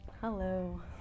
Hello